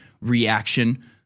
reaction